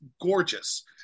gorgeous